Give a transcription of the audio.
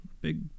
big